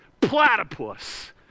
Platypus